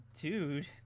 dude